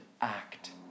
act